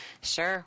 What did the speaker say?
sure